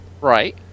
Right